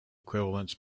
equivalents